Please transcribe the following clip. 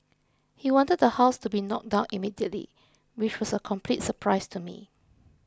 he wanted the house to be knocked down immediately which was a complete surprise to me